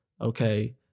okay